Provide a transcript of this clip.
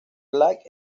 black